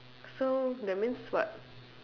so that means what